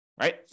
right